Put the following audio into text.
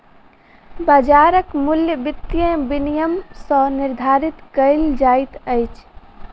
बाजारक मूल्य वित्तीय विनियम सॅ निर्धारित कयल जाइत अछि